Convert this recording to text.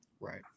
Right